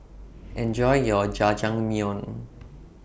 Enjoy your Jajangmyeon